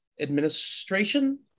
Administration